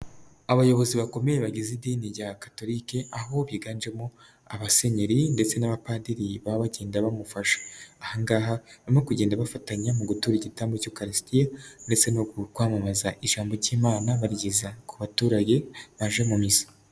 Abayobozi bakomeye bagize idini rya katolike, aho biganjemo abasenyeri ndetse n'abapadiri baba bagenda bamufasha, ahangaha barimo kugenda bafatanya mu gutura igitambo cy'ukarisitiya ndetse no kwamamaza ijambo ry'imana barigeza ku baturage baje mu misa.